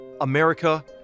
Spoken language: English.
America